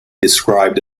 described